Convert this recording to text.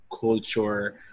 culture